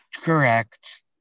Correct